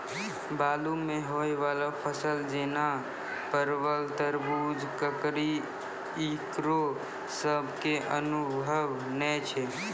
बालू मे होय वाला फसल जैना परबल, तरबूज, ककड़ी ईकरो सब के अनुभव नेय छै?